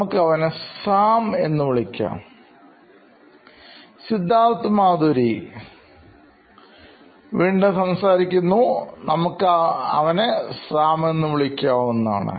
നമുക്ക് അവനെ സാം എന്നു വിളിക്കാം സിദ്ധാർത്ഥ് മാധുരി സിഇഒ നോയിൻ ഇലക്ട്രോണിക്സ് നമുക്ക് അവനെ സാം എന്ന് വിളിക്കാവുന്നതാണ്